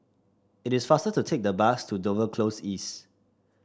it is faster to take the bus to Dover Close East